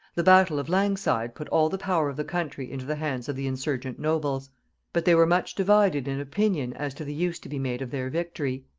the battle of langside put all the power of the country into the hands of the insurgent nobles but they were much divided in opinion as to the use to be made of their victory.